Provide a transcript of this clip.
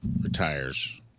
retires